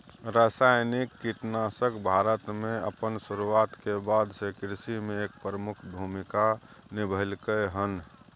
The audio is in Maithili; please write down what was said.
रासायनिक कीटनाशक भारत में अपन शुरुआत के बाद से कृषि में एक प्रमुख भूमिका निभलकय हन